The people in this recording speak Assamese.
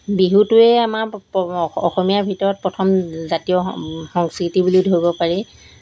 বিহুটোৱেই আমাৰ অসমীয়াৰ ভিতৰত প্ৰথম জাতীয় সংস্কৃতি বুলি ধৰিব পাৰি